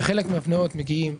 וחלק מהפניות מגיעות.